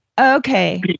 Okay